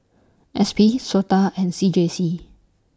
S P Sota and C J C